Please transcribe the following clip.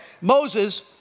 Moses